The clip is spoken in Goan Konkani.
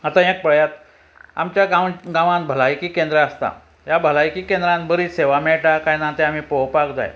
आतां एक पळयात आमच्या गांव गांवांत भलायकी केंद्र आसता ह्या भलायकी केंद्रान बरी सेवा मेयटा काय ना तें आमी पोवपाक जाय